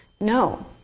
No